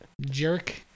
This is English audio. jerk